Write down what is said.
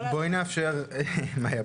מאיה,